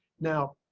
now,